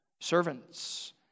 servants